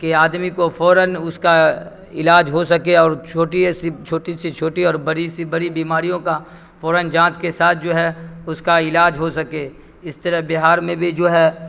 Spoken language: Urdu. کہ آدمی کو فوراً اس کا علاج ہو سکے اور چھوٹی سی چھوٹی سی چھوٹی اور بڑی سی بڑی بیماریوں کا فوراً جانچ کے ساتھ جو ہے اس کا علاج ہو سکے اس طرح بہار میں بھی جو ہے